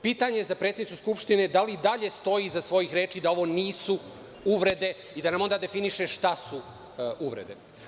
Pitanje za predsednicu Skupštine – da li i dalje stoji iza svojih reči da ovo nisu uvrede i da nam definiše šta su uvrede?